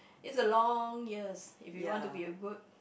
is a long years if you want to be a good